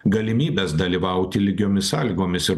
galimybes dalyvauti lygiomis sąlygomis ir